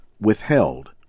withheld